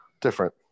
Different